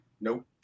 Nope